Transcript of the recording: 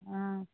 অ